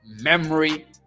memory